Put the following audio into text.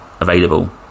available